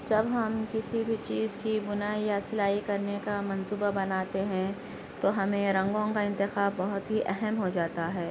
جب ہم كسى بھى چيز كى بُنائى يا سلائى كرنے كا منصوبہ بناتے ہیں تو ہمیں رنگوں کا انتخاب بہت ہی اہم ہو جاتا ہے